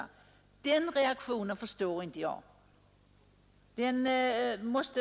En sådan reaktion förstår jag inte.